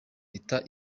leta